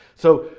so,